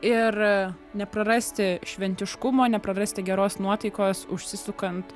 ir neprarasti šventiškumo neprarasti geros nuotaikos užsisukant